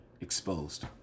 exposed